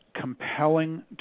compelling